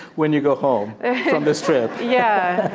when you go home from this trip yeah.